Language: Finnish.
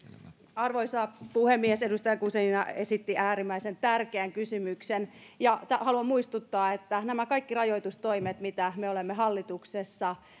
arvoisa puhemies edustaja guzenina esitti äärimmäisen tärkeän kysymyksen haluan muistuttaa että kaikki rajoitustoimet mitä me olemme hallituksessa